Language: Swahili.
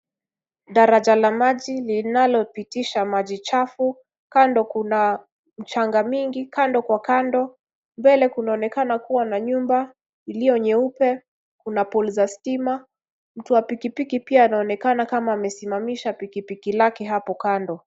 Daraja la maji linalopitisha maji chafu. Kando kuna michanga mingi kando kwa kando. Mbele kunaonekana kuwa na nyumba iliyo nyeupe, kuna poli za stima mtu wa pikipiki pia anaonekana kama amesimamisha pikipiki lake hapo kando.